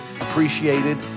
appreciated